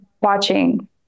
watching